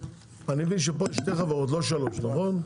אני מבין שפה יש שתי חברות, לא שלוש, נכון?